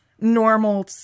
normal